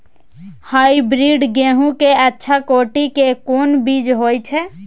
Hybrid गेहूं के अच्छा कोटि के कोन बीज होय छै?